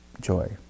Joy